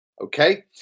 Okay